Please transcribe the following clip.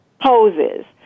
poses